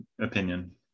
opinion